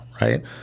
right